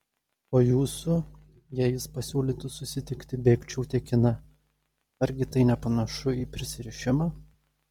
o jūsų jei jis pasiūlytų susitikti bėgčiau tekina argi tai nepanašu į prisirišimą